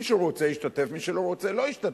מי שרוצה ישתתף ומי שלא רוצה לא ישתתף.